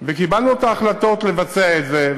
וקיבלנו את ההחלטות לבצע את זה,